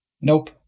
nope